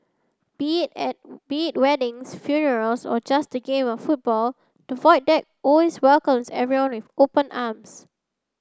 be be it weddings funerals or just game of football the Void Deck always welcomes everyone with open arms